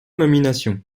nominations